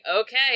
okay